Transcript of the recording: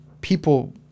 people